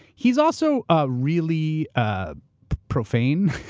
he's also ah really ah profane,